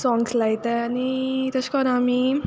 songs लायताय आनी तेश कोन्न आमी